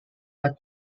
but